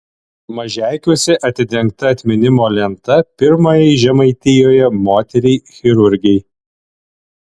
mažeikiuose atidengta atminimo lenta pirmajai žemaitijoje moteriai chirurgei